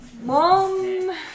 Mom